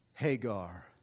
Hagar